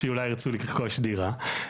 שאולי ירצו לרכוש דירה,